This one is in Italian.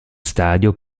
stadio